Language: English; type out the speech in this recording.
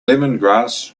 lemongrass